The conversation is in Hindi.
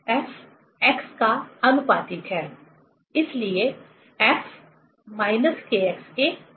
F x का आनुपातिक है इसलिए F Kx है